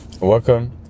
welcome